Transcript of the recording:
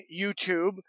YouTube